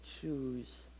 choose